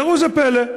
וראו זה פלא,